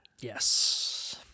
Yes